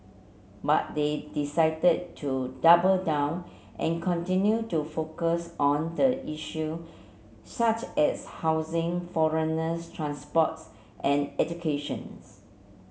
but they decided to double down and continue to focus on the issue such as housing foreigners transports and educations